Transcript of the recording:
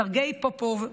סרגיי פופוב,